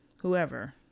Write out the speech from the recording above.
whoever